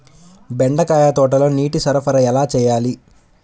బెండకాయ తోటలో నీటి సరఫరా ఎలా చేయాలి?